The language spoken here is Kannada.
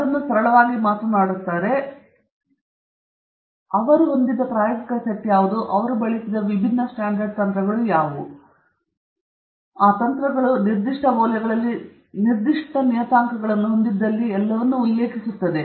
ಆದ್ದರಿಂದ ಅವರು ಸರಳವಾಗಿ ಮಾತನಾಡುತ್ತಾರೆ ಅವರು ಹೊಂದಿದ್ದ ಪ್ರಾಯೋಗಿಕ ಸೆಟ್ ಯಾವುದು ಅವುಗಳು ಬಳಸಿದ ವಿಭಿನ್ನ ಸ್ಟ್ಯಾಂಡರ್ಡ್ ತಂತ್ರಗಳು ಯಾವುವು ಆ ತಂತ್ರಗಳು ಕೆಲವು ನಿರ್ದಿಷ್ಟ ಮೌಲ್ಯಗಳಲ್ಲಿ ನಿರ್ದಿಷ್ಟವಾದ ನಿರ್ದಿಷ್ಟ ನಿಯತಾಂಕಗಳನ್ನು ಹೊಂದಿದ್ದಲ್ಲಿ ಅವುಗಳು ಎಲ್ಲವನ್ನೂ ಉಲ್ಲೇಖಿಸುತ್ತವೆ